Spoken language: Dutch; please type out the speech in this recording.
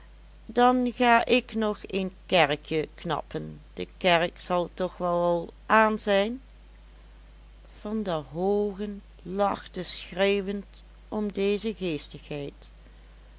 dan ga ik nog een kerkje knappen de kerk zal toch wel al aan zijn van der hoogen lachte schreeuwend om deze